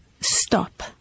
stop